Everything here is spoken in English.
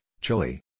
Chile